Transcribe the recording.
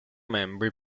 membri